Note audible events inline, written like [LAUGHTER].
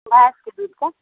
[UNINTELLIGIBLE]